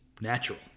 natural